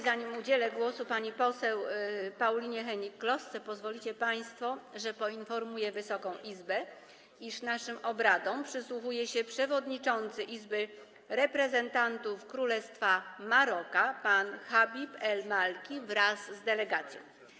Zanim udzielę głosu pani poseł Paulinie Hennig-Klosce, pozwolicie państwo, że poinformuję Wysoką Izbę, iż naszym obradom przysłuchuje się przewodniczący Izby Reprezentantów Królestwa Maroka pan Habib El Malki wraz z delegacją.